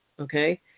Okay